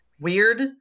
weird